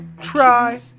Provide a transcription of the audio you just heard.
try